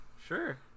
Sure